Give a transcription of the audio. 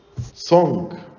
song